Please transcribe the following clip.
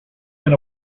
been